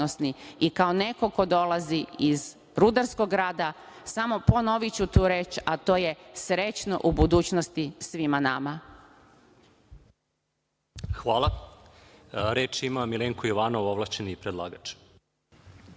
Kao neko ko dolazi iz rudarskog grada, samo ponoviću tu reč, a to je – srećno u budućnosti svima nama. **Edin Đerlek** Hvala. Reč ima Milenko Jovanov, ovlašćeni predlagač.